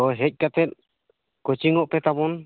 ᱦᱚᱸ ᱦᱮᱡ ᱠᱟᱛᱮᱫ ᱠᱳᱪᱤᱝ ᱚᱜᱯᱮ ᱛᱟᱵᱚᱱ